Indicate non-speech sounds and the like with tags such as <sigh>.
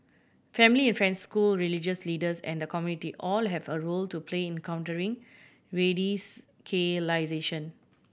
family <unintelligible> school religious leaders and the community all have a role to play in countering <unintelligible>